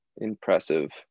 impressive